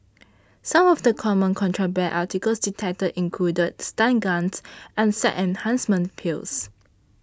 some of the common contraband articles detected included stun guns and sex enhancement pills